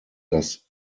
das